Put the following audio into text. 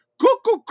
cuckoo